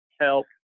Help